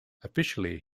officially